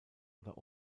oder